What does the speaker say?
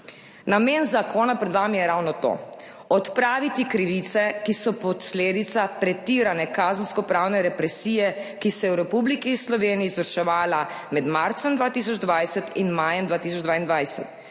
Namen zakona pred vami je ravno to: odpraviti krivice, ki so posledica pretirane kazenskopravne represije, ki se je v Republiki Sloveniji izvrševala med marcem 2020 in majem 2022.